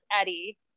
Eddie